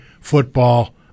football